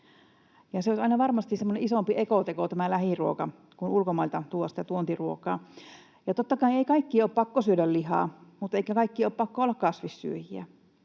lähiruoka, kuin se, kun ulkomailta tuodaan sitä tuontiruokaa. Totta kai ei kaikkien ole pakko syödä lihaa, eikä kaikkien ole pakko olla kasvissyöjiä.